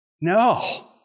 No